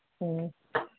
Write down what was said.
ꯎꯝ